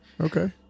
Okay